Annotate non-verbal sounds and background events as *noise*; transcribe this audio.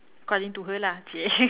according to her lah !chey! *laughs*